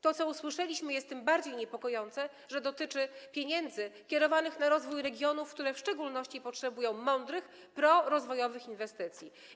To, co usłyszeliśmy, jest tym bardziej niepokojące, że dotyczy pieniędzy kierowanych na rozwój regionów, które w szczególności potrzebują mądrych, prorozwojowych inwestycji.